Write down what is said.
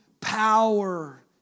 power